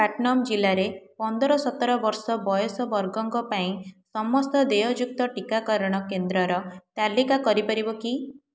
ମୋର ଆଭାସୀ ପୈଠ ଠିକଣା ଆଠ ଚାରି ସାତ ଏକ ଦୁଇ ଆଠ ତିନି ଶୂନ ନଅ ଆଠ ଛଅ ଆଟ୍ ଦ ରେଟ୍ ପେଟିମ୍ରୁ ନଅ ଆଠ ପାଞ୍ଚ ତିନି ଏକ ଦୁଇ ପାଞ୍ଚ ଦୁଇ ଚାରି ଶୂନ ଦୁଇ ଆଟ୍ ଦ ରେଟ୍ ୱାଇବିଏଲ୍କୁ ବଦଳାଇ ଦିଅ